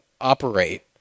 operate